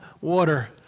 water